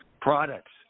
products